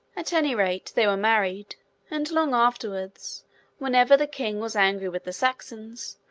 at any rate, they were married and, long afterwards, whenever the king was angry with the saxons,